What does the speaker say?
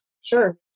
Sure